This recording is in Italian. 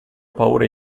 paure